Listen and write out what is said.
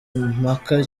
mpaka